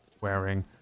wearing